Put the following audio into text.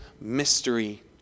mystery